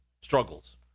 struggles